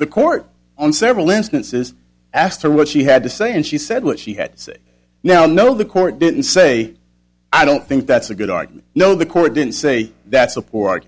the court on several instances asked her what she had to say and she said what she had said now no the court didn't say i don't think that's a good i know the court didn't say that support